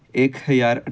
ਇੱਕ ਹਜ਼ਾਰ ਅਠਾਰਾਂ